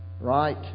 Right